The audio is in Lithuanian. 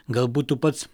galbūt tu pats